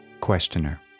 Questioner